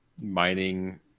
mining